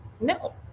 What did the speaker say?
No